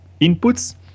inputs